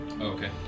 Okay